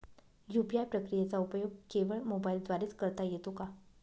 UPI प्रक्रियेचा उपयोग केवळ मोबाईलद्वारे च करता येतो का?